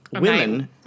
women